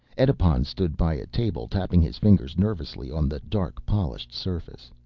edipon stood by a table, tapping his fingers nervously on the dark polished surface.